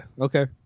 okay